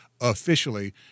officially